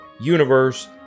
universe